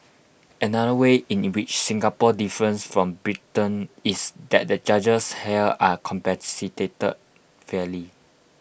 another way in which Singapore differs from Britain is that the judges here are compensated fairly